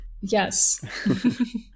yes